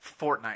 Fortnite